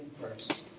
first